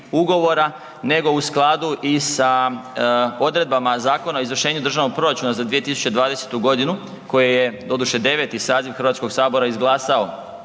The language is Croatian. nego u skladu i sa odredbama Zakona o izvršenju državnog proračuna za 2020. g. koje je, doduše, 9. saziv Hrvatskoga sabora izglasao